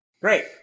Great